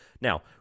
Now